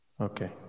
Okay